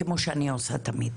כמו שאני עושה תמיד.